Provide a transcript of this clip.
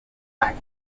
back